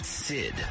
Sid